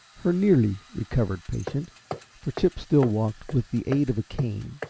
her nearly recovered patient for chip still walked with the aid of a cane,